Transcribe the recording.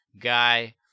guy